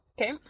Okay